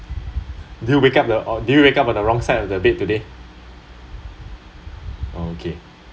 do you wake up do you wake up on the wrong side of the bed today oh okay